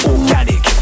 Organic